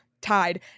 tied